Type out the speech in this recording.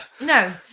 No